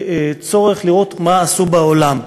צריך לראות מה עשו בעולם.